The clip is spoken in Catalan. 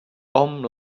hom